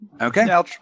Okay